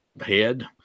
head